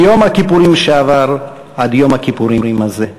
מיום הכיפורים שעבר עד יום הכיפורים הזה,